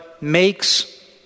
makes